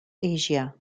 asia